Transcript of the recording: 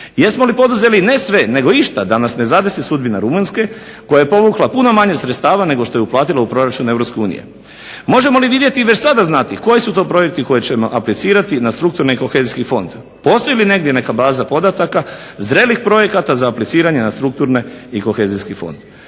Jesmo li poduzeli ne sve nego išta da nas ne zadesi sudbina Rumunjske koja je povukla puno manje sredstava nego što je uplatila u proračun EU? Možemo li vidjeti i već sada znati koji su to projekti koje ćemo aplicirati na strukturne i kohezijski fond? Postoji li negdje neka baza podataka zrelih projekata za apliciranje na strukturne i kohezijski fond?